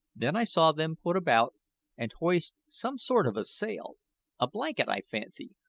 then i saw them put about and hoist some sort of sail a blanket, i fancy,